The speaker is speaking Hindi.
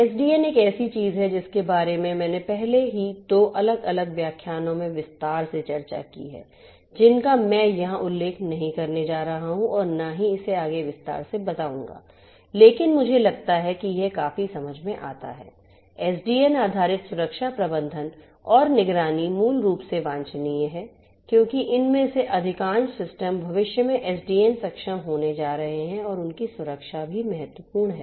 एसडीएन एक ऐसी चीज है जिसके बारे में मैंने पहले ही दो अलग अलग व्याख्यानों में विस्तार से चर्चा की है जिनका मैं यहां उल्लेख नहीं करने जा रहा हूं और न ही इसे आगे विस्तार से बताऊंगा लेकिन मुझे लगता है कि यह काफी समझ में आता है एसडीएन आधारित सुरक्षा प्रबंधन और निगरानी मूल रूप से वांछनीय है क्योंकि इनमें से अधिकांश सिस्टम भविष्य में SDN सक्षम होने जा रहे हैं और उनकी सुरक्षा भी महत्वपूर्ण है